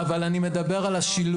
אבל אני מדבר על השילוב,